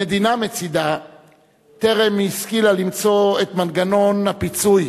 המדינה מצדה טרם השכילה למצוא את מנגנון הפיצוי